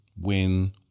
win